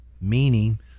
Meaning